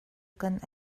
kan